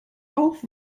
auch